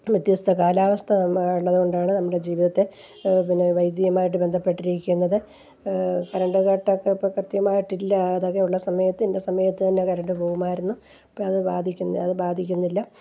വ്യത്യസ്ഥ കാലാവസ്ഥ മ ഉള്ളതു കൊണ്ടാണ് നമ്മുടെ ജീവിതത്തെ പിന്നെ വൈദ്യുതിയുമായി ബന്ധപ്പെട്ടിരിക്കുന്നത് കറണ്ടു കട്ടൊക്കെ ഇപ്പോൾ കൃത്യമായിട്ടില്ലാ അതൊക്കെയുള്ള സമയത്തിൻ്റെ സമയത്തു തന്നെ കറണ്ടു പോകുമായിരുന്നു ഇപ്പോൾ അതു ബാധിക്കുന്നു അതു ബാധിക്കുന്നില്ല